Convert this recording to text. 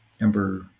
number